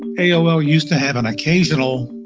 aol used to have an occasional,